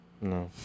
No